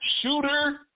Shooter